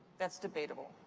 that's debatable.